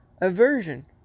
aversion